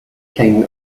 king